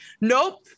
nope